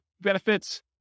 benefits